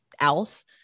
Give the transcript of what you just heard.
else